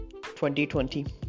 2020